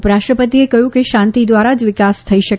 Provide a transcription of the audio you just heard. ઉપરાષ્ટ્રપતિએ કહયું કે શાંતી ધ્વારા જ વિકાસ થઇ શકે